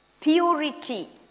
Purity